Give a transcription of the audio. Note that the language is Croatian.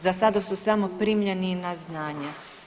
Za sada su samo primljeni na znanje.